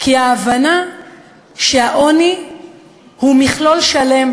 כי ההבנה שהעוני הוא מכלול שלם,